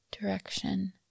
direction